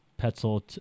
Petzl